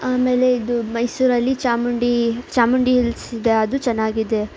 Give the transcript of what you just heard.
ಆಮೇಲೆ ಇದು ಮೈಸೂರಲ್ಲಿ ಚಾಮುಂಡಿ ಚಾಮುಂಡಿ ಹಿಲ್ಸ್ ಇದೆ ಅದು ಚೆನ್ನಾಗಿದೆ